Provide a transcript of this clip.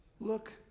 Look